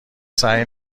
سعی